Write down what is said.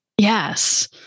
Yes